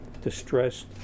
distressed